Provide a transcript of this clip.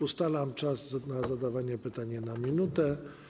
Ustalam czas na zadawanie pytania na minutę.